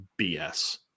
BS